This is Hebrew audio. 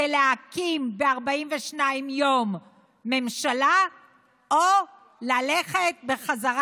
זה להקים ב-42 יום ממשלה או ללכת בחזרה